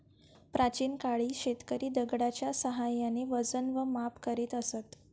प्राचीन काळी शेतकरी दगडाच्या साहाय्याने वजन व माप करीत असत